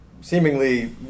seemingly